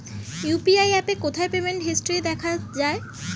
UPI অ্যাপে কোথায় payment history দেখা যায়?